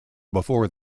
before